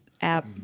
app